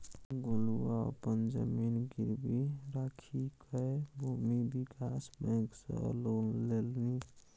गोलुआ अपन जमीन गिरवी राखिकए भूमि विकास बैंक सँ लोन लेलनि